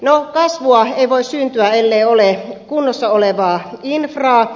no kasvua ei voi syntyä ellei ole kunnossa olevaa infraa